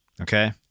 okay